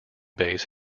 base